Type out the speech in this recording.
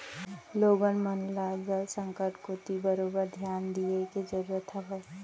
लोगन मन ल जल संकट कोती बरोबर धियान दिये के जरूरत हावय